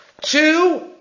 Two